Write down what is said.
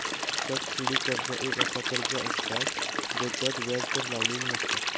subsidy कर्ज एक असा कर्ज असता जेच्यात व्याज दर लावलेली नसता